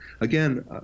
again